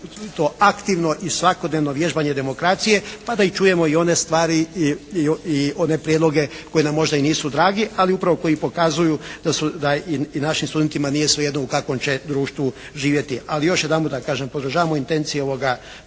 to aktivno i svakodnevno vježbanje demokracije, pa da čujemo i one stvari i one prijedloge koji nam možda i nisu dragi, ali upravo koji pokazuju da i našim studentima nije svejedno u kakvom će društvu živjeti. Ali još jedanputa kažem, podržavamo intencije ovoga